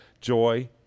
joy